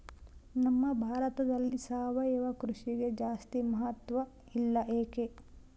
ನಮ್ಮ ಭಾರತದಲ್ಲಿ ಸಾವಯವ ಕೃಷಿಗೆ ಜಾಸ್ತಿ ಮಹತ್ವ ಇಲ್ಲ ಯಾಕೆ?